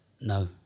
No